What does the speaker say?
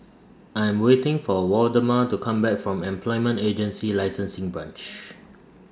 I Am waiting For Waldemar to Come Back from Employment Agency Licensing Branch